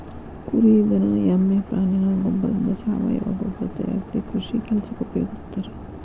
ಕುರಿ ದನ ಎಮ್ಮೆ ಪ್ರಾಣಿಗಳ ಗೋಬ್ಬರದಿಂದ ಸಾವಯವ ಗೊಬ್ಬರ ತಯಾರಿಸಿ ಕೃಷಿ ಕೆಲಸಕ್ಕ ಉಪಯೋಗಸ್ತಾರ